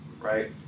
right